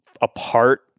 apart